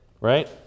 right